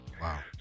Wow